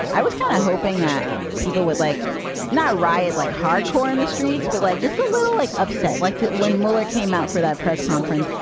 i was kind of hoping that people would like not riot like hardcore in the streets, but like just a little like upset. like when mueller came out for that press conference,